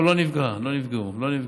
לא נפגעו.